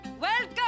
welcome